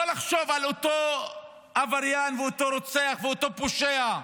לא לחשוב על אותו עבריין ואותו רוצח ואותו פושע,